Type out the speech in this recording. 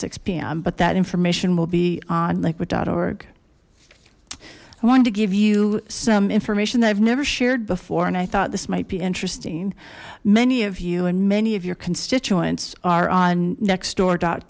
six p m but that information will be on liquid org i wanted to give you some information that i've never shared before and i thought this might be interesting many of you and many of your constituents are on nextdoor